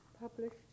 published